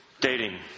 Dating